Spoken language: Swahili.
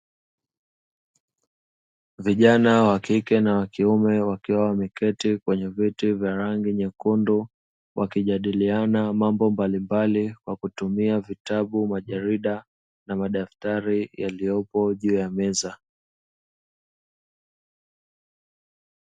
Vijana wakike na wakiume wakiwa wameketi kwenye viti vya rangi nyekundu, wakijadiliana mambo mbalimbali kwakutumia vitabu, majarida na madaftari yaliyopo juu ya meza.